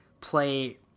play